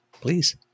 please